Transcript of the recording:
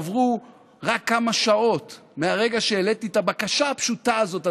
עברו רק כמה שעות מהרגע שהעליתי את הבקשה הפשוטה הזאת,